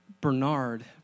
Bernard